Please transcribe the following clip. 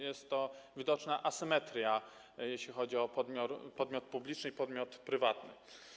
Jest to widoczna asymetria, jeśli chodzi o podmiot publiczny i podmiot prywatny.